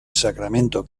sacramento